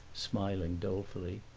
smiling dolefully,